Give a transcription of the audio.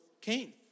Cain